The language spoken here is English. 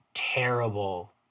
terrible